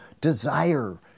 desire